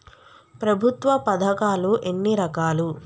ప్రభుత్వ పథకాలు ఎన్ని రకాలు?